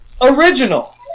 original